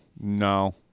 no